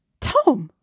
Tom